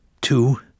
two